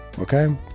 Okay